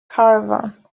caravan